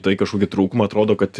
tai kažkokį trūkumą atrodo kad